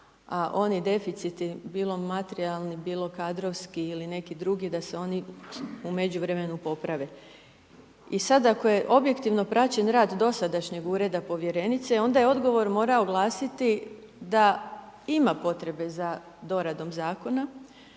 a oni deficiti, bilo materijalni, bilo kadrovski ili neki drugi da se oni u međuvremenu poprave. I sad ako je objektivno praćen rad dosadašnjeg ureda povjerenice i onda je odgovor morao glasiti da ima potrebe za doradom zakona